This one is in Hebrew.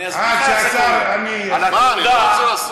אני אסביר לך איך זה קורה.